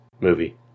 movie